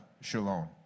shalom